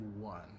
one